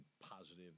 positive